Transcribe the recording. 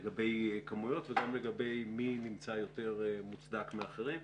לגבי כמויות וגם לגבי מי נמצא יותר מוצדק מאחרים.